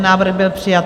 Návrh byl přijat.